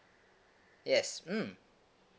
yes mm